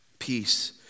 peace